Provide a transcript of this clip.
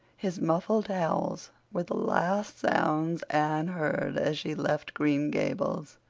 his muffled howls were the last sounds anne heard as she left green gables.